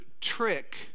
trick